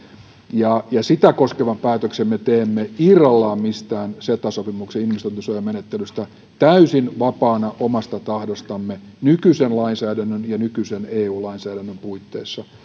sitä koskevan päätöksen me teemme irrallaan mistään ceta sopimuksen investointisuojamenettelystä täysin vapaana omasta tahdostamme nykyisen lainsäädännön ja nykyisen eu lainsäädännön puitteissa